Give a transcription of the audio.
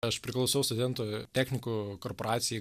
aš priklausau studentų technikų korporacijai